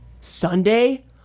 Sunday